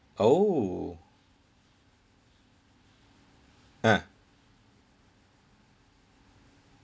oh ah